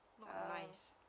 not nice